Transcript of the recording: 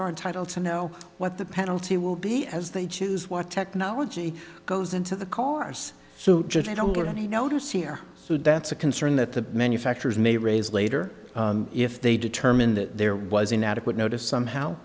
are entitled to know what the penalty will be as they choose what technology goes into the cars so i don't get any notice here so that's a concern that the manufacturers may raise later if they determine that there was an adequate notice somehow